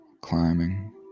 climbing